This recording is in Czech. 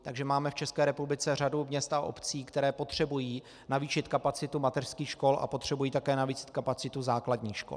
Takže máme v České republice řadu měst a obcí, které potřebují navýšit kapacitu mateřských škol a potřebují také navýšit kapacitu základních škol.